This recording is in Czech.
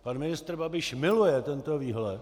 Pan ministr Babiš miluje tento výhled.